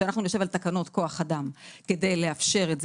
כשנשב על תקנות כוח אדם כדי לאפשר את זה